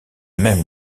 même